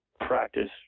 practice